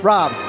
Rob